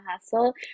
hustle